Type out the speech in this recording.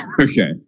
okay